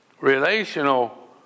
relational